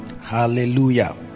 Hallelujah